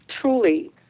truly